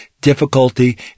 difficulty